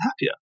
happier